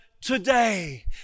today